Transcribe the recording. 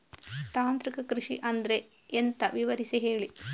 ತಾಂತ್ರಿಕ ಕೃಷಿ ಅಂದ್ರೆ ಎಂತ ವಿವರಿಸಿ ಹೇಳಿ